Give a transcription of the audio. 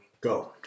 Go